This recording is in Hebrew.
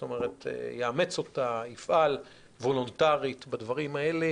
יאמץ אותה ויפעל וולונטרית בדברים האלה